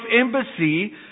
embassy